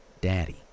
daddy